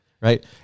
Right